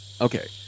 okay